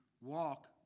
walk